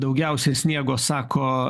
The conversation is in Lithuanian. daugiausiai sniego sako